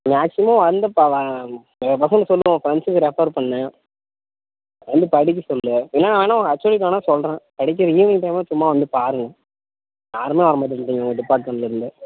maximum வந்து நிறையா பசங்களுக்கு சொல் உன் ப்ரெண்ஸுக்கு ரெஃபர் பண்ணு வந்து படிக்க சொல் இல்லைனா நான் வேணால் உங்கள் ஹெச்சோடிக்கிட்டே வேணால் சொல்கிறேன் படிக்க ஈவினிங் டைமில் சும்மா வந்து பாருங்க யாருமே வரமாட்டேட்கிறிங்க உங்கள் டிப்பார்மண்ட்லிருந்து